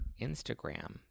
Instagram